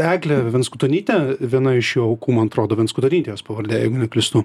eglė venskutonytė viena iš jo aukų man atrodo venskutonytė jos pavardė jeigu neklystu ta